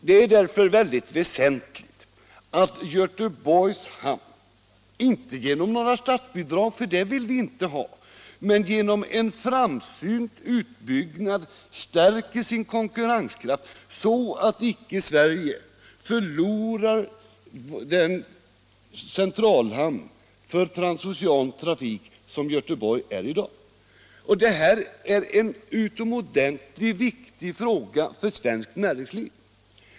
Det är alltså väldigt väsentligt att Göteborgs hamn inte genom några statsbidrag — det vill vi inte ha — men genom en framsynt utbyggnad stärker sin konkurrenskraft så att Sverige icke förlorar den centralhamn för transocean trafik som Göteborg är i dag. Det här är en utomordentligt viktig fråga för svenskt näringsliv.